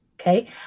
okay